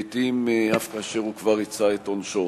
לעתים אף כאשר הוא כבר ריצה את עונשו.